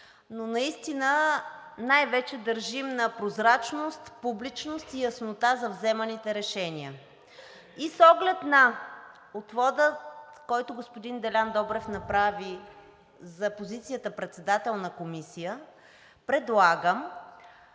но наистина най-вече държим на прозрачност, публичност и яснота за вземаните решения. С оглед на отвода, който господин Делян Добрев си направи за позицията председател на комисия, предлагам